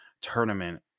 tournament